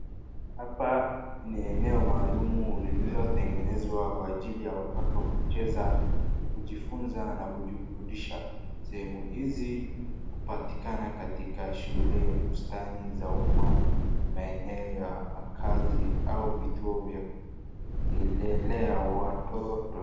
Hapa ni eneo maalum lililotengenezwa kwa ajili ya watoto kucheza, kujifunza na kujiburudisha. Sehemu hizi hupatikana katika shule, bustani za umma, maeneno ya makazi au vituo vya kilelea watoto.